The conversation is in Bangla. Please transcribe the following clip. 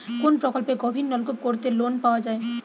কোন প্রকল্পে গভির নলকুপ করতে লোন পাওয়া য়ায়?